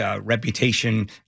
reputation